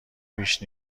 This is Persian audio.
بیش